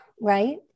Right